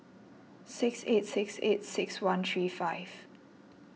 six eight six eight six one three five